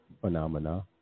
phenomena